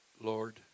Lord